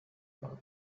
love